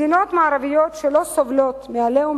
מדינות מערביות שלא סובלות מ"עליהום"